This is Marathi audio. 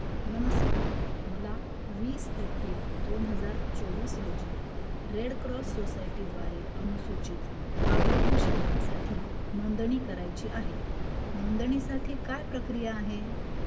नमस्कार मला वीस एप्रिल दोन हजार चोवीस रोजी रेड क्रॉस सोसायटीद्वारे अनुसूचित आरोग्य शिबिरासाठी नोंदणी करायची आहे नोंदणीसाठी काय प्रक्रिया आहे